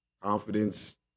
Confidence